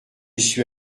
suis